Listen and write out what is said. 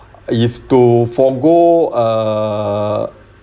you've to forgo err